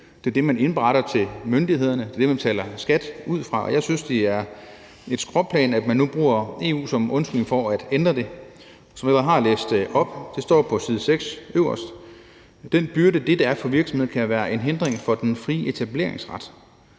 Det er det, man indberetter til myndighederne; det er det, man betaler skat ud fra. Jeg synes, det er et skråplan, at man nu bruger EU som undskyldning for at ændre det. Som jeg allerede har læst op – det står på side 6, øverst: »Den byrde, dette er for virksomhederne, kan være en hindring for den frie etableringsret